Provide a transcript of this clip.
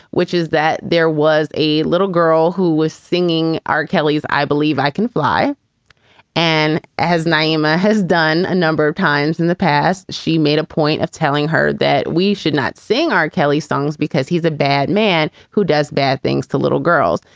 which is that there was a little girl who was singing r. kelly's i believe i can fly and has nyima has done a number of times in the past. she made a point of telling her that we should not sing our kelly songs because he's a bad man who does bad things to little girls.